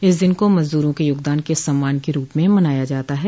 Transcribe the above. इस दिन को मजदूरों के योगदान के सम्मान के रूप में मनाया जाता है